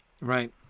right